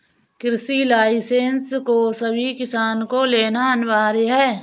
कृषि लाइसेंस को सभी किसान को लेना अनिवार्य है